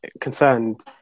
concerned